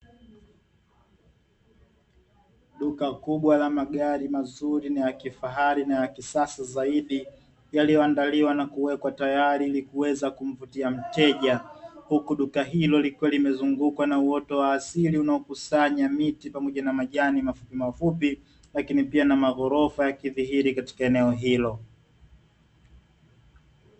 Duka kubwa la magari mazuri na ya kifahari na ya kisasa zaidi yaliyoandaliwa na kuwekwa tayari ili kuweza kumvutia mteja, huku duka hilo likiwa limezungukwa na uoto wa asili unaokusanya miti pamoja na majani mafupi mafupi lakini pia na maghorofa yakidhihili katika eneo hilo.